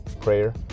prayer